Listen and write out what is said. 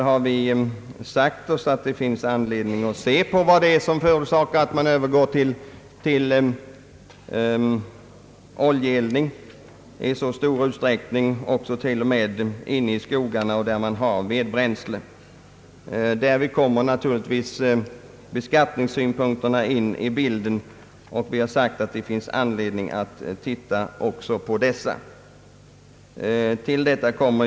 Vi har sagt oss att det finns anledning att se på vad som förorsakar att man övergår till oljeeldning i så stor utsträckning till och med i skogsbygderna, där man har vedbränsle. Därvid kommer naturligtvis beskattningssynpunkterna in i bilden, och vi har ansett att det finns anledning att titta också på dessa, men naturligtvis finns det anledning att syna hela orsakssammanhanget.